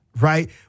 right